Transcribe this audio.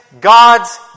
God's